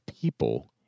people